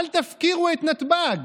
אל תפקירו את נתב"ג?